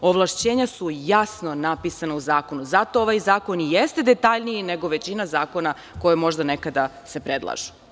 Ovlašćenja su jasno napisana u zakonu i zato ovaj zakon i jeste detaljniji nego većina zakona koji se možda nekada predlažu.